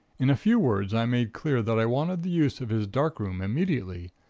in a few words i made clear that i wanted the use of his dark room immediately,